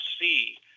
see